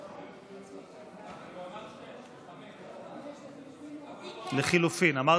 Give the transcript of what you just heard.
הוא אמר 6. לחלופין.